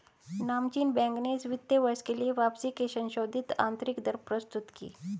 नामचीन बैंक ने इस वित्त वर्ष के लिए वापसी की संशोधित आंतरिक दर प्रस्तुत की